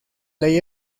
ley